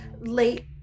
late